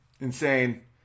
insane